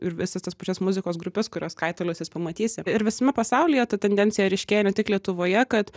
ir visas tas pačias muzikos grupes kurios kaitaliosis pamatysi ir visame pasaulyje ta tendencija ryškėja ne tik lietuvoje kad